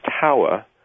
tower